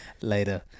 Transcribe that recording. later